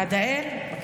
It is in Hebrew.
עדהאל, מקסים.